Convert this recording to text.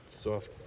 soft